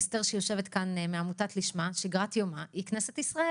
אסתר, שיושבת כאן, שגרת יומה היא כנסת ישראל.